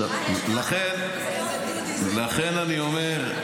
לכן אני אומר: